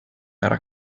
era